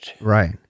Right